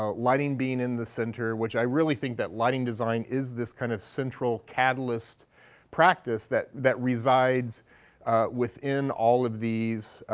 ah lighting being in the center. which i really think that lighting design is this kind of central catalyst practice that that resides within all of these